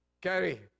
carry